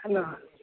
hello